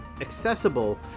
accessible